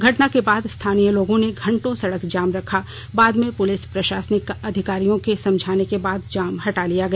घटना के बाद स्थानीय लोगों ने घंटों सड़क जाम रखा बाद में पुलिस प्रशासनिक अधिकारियों के समझाने के बाद जाम हटा लिया गया